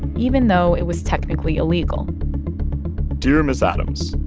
even though it was technically illegal dear ms. adams,